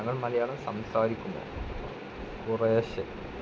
താങ്കൾ മലയാളം സംസാരിക്കുമോ കുറേശ്ശേ